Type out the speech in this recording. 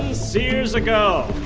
sears ago.